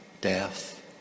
death